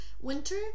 winter